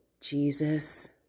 Jesus